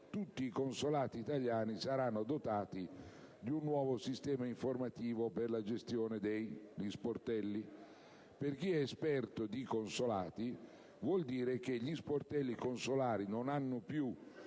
tutti i consolati italiani saranno dotati di un nuovo sistema informativo per la gestione degli sportelli. Per chi è esperto di consolati, ciò significa che gli sportelli consolari non hanno più